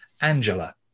angela